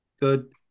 Good